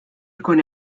jkun